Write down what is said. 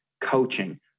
coaching